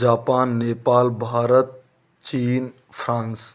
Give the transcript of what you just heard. Japan Nepal Bharat चीन France